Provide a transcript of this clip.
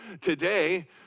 today